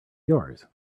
yours